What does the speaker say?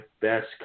best